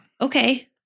okay